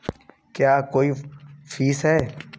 क्या कोई फीस है?